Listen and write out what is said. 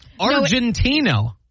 Argentino